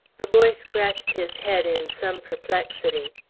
the boy scratched his head in some perplexity.